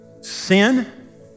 sin